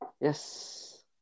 Yes